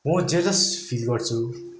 म जे जस्तो फिल गर्छु